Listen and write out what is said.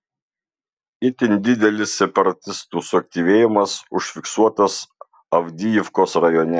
itin didelis separatistų suaktyvėjimas užfiksuotas avdijivkos rajone